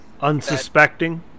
Unsuspecting